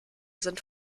sind